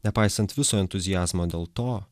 nepaisant viso entuziazmo dėl to